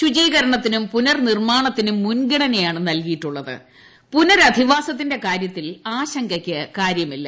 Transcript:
ശുചീകരണത്തിനും പുനർ നിർമ്മാണത്തിനും മുൻഗണനയാണ് നൽകിയിട്ടുള്ളത് പുനരധിവാസത്തിന്റെ കാര്യത്തിൽ ആശങ്കയ്ക്ക് കാര്യമില്ല